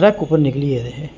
track उप्पर निकली गेदे हे